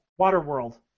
Waterworld